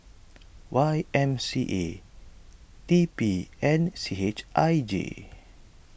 Y M C A T P and C H I J